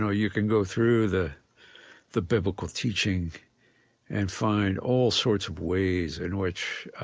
know, you can go through the the biblical teaching and find all sorts of ways in which